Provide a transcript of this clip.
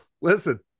Listen